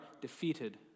defeated